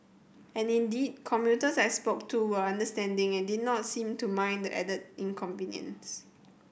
and indeed commuters I spoke to were understanding and did not seem to mind the added inconvenience